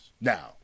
Now